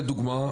לדוגמה,